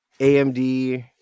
AMD